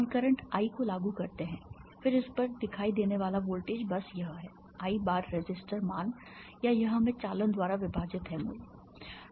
हम current I को लागू करते हैं फिर इस पर दिखाई देने वाला वोल्टेज बस यह है I बार रेसिस्टर मान या यह मैं चालन द्वारा विभाजित है मूल्य